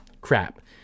crap